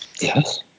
yes